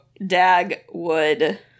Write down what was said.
Dagwood